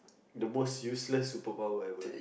the most useless superpower ever